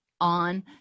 on